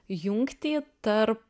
jungtį tarp